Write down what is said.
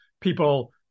people